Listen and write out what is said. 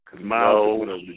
No